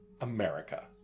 America